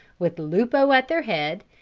with lupo at their head,